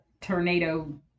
tornado